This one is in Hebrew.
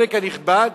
החלק הנכבד,